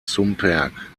šumperk